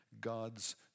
God's